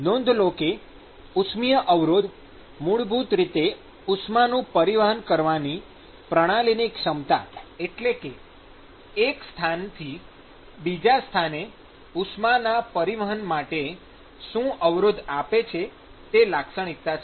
નોંધ લો કે ઉષ્મિય અવરોધ મૂળભૂત રીતે ઉષ્માનું પરિવહન કરવાની પ્રણાલીની ક્ષમતા એટલે કે એક સ્થાનથી બીજા સ્થાને ઉષ્માના પરિવહન માટે શું અવરોધ આપે છે તે લાક્ષણિકતા છે